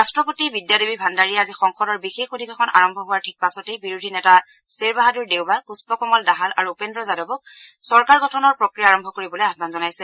ৰাষ্টপতি বিদ্যাদেৱী ভাণ্ডাৰীয়ে আজি সংসদৰ বিশেষ অধিৱেশন আৰম্ভ হোৱাৰ ঠিক পাছতেই বিৰোধী নেতা গ্বেৰ বাহাদুৰ দেউবা পুষ্পকমল দাহাল আৰু উপেন্দ্ৰ যাদৱক চৰকাৰ গঠনৰ প্ৰক্ৰিয়া আৰম্ভ কৰিবলৈ আহ্বান জনাইছে